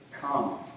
Come